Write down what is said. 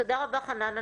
תודה רבה, חנן.